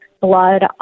blood